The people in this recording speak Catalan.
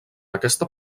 aquesta